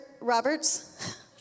Roberts